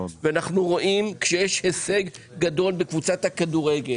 אנחנו רואים את זה כאשר יש הישג גדול בקבוצת הכדורגל.